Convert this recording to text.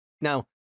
Now